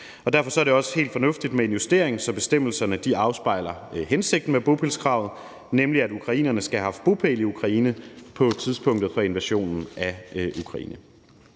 Derfor er det også helt fornuftigt med en justering, så bestemmelserne afspejler hensigten med bopælskravet, nemlig at ukrainerne skal have haft bopæl i Ukraine på tidspunktet for invasionen af Ukraine.